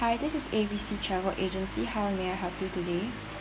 hi this is A B C travel agency how may I help you today